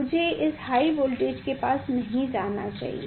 मुझे उस high voltage के पास नहीं जाना चाहिए